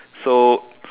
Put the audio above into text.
so